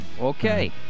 Okay